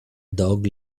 dog